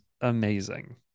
amazing